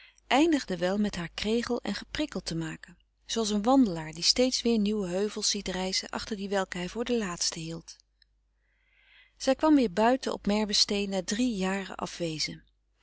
eindigde wel met haar kregel en geprikkeld te maken zooals een wandelaar die steeds weer nieuwe heuvels ziet rijzen achter die welke hij voor de laatsten hield zij kwam weer buiten op merwestee na drie jaren afwezen